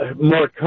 more